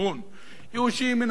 ייאושי מן הממשלה הזאת רב,